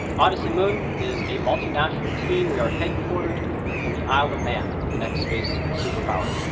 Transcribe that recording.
odyssey moon is a multinational team. we are headquartered in the isle of man, the next space superpower.